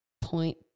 point